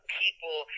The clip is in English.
people